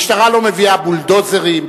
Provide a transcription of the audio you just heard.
המשטרה לא מביאה בולדוזרים.